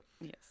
Yes